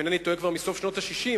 שאם אינני טועה התקבל כבר בסוף שנות ה-60,